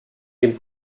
dem